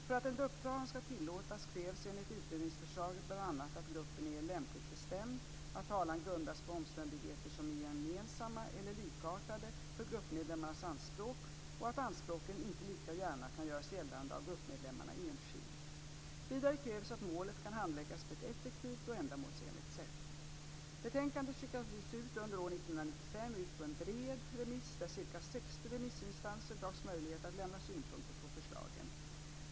För att en grupptalan ska tillåtas krävs enligt utredningsförslaget bl.a. att gruppen är lämpligt bestämd, att talan grundas på omständigheter som är gemensamma eller likartade för gruppmedlemmarnas anspråk och att anspråken inte lika gärna kan göras gällande av gruppmedlemmarna enskilt. Vidare krävs att målet kan handläggas på ett effektivt och ändamålsenligt sätt. Betänkandet skickades under år 1995 ut på en bred remiss där ca 60 remissinstanser gavs möjlighet att lämna synpunkter på förslagen.